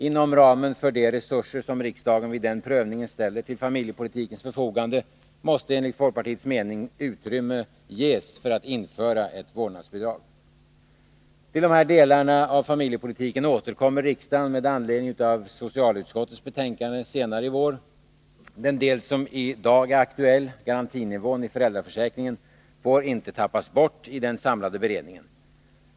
Inom ramen för de resurser som riksdagen vid den prövningen ställer till familjepolitikens förfogande måste enligt folkpartiets mening utrymme ges när det gäller att införa ett vårdnadsbidrag. Till dessa delar av familjepolitiken återkommer riksdagen med anledning av socialutskottets betänkande senare i vår. Den del som är aktuell i dag — garantinivån i föräldraförsäkringen — får inte tappas bort i den samlade beredningen.